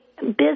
business